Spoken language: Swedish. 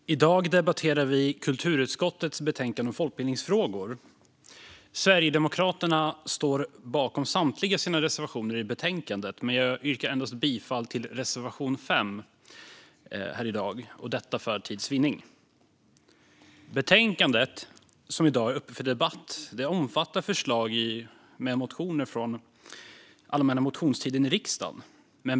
Herr talman! I dag debatterar vi kulturutskottets betänkande om folkbildningsfrågor. Sverigedemokraterna står bakom samtliga sina reservationer i betänkandet, men jag yrkar för tids vinnande bifall endast till reservation 5. Betänkandet som i dag är uppe för debatt omfattar förslag i motioner från riksdagens allmänna motionstid.